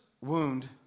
wound